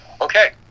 Okay